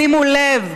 שימו לב: